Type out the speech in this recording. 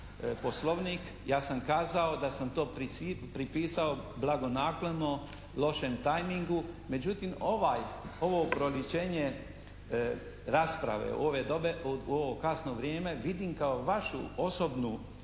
Poslovnik. Ja sam kazao da sam to pripisao blagonaklono lošem tajmingu, međutim ovo proviđenje rasprave u ovo kasno vrijeme vidim kao vašu osobnu